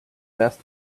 best